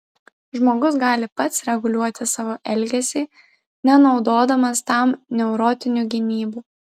žmogus gali pats reguliuoti savo elgesį nenaudodamas tam neurotinių gynybų